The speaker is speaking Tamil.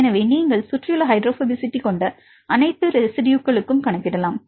எனவே நீங்கள் சுற்றியுள்ள ஹைட்ரோபோபசிட்டி கொண்ட அனைத்து ரெஸிட்யுகளுக்கும் கணக்கிடலாம்